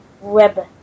Web